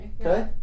Okay